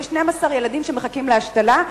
יש 12 ילדים שמחכים להשתלה.